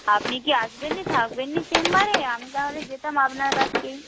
আপনি কি আসবেন না থাকবেন না চেম্বারে আমি তাহলে যেতাম আপনার কাছেই